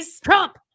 Trump